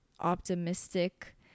optimistic